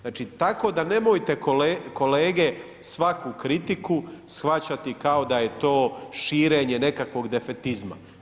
Znači tako da nemojte kolege svaku kritiku shvaćati kao da je to širenje nekakvog defetizma.